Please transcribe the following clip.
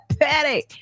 patty